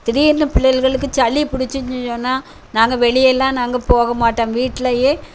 திடீர்னு பிள்ளைகளுக்கு சளி பிடிச்சின்னு சொன்னால் நாங்கள் வெளியெல்லாம் நாங்கள் போக மாட்டோம் வீட்லேயே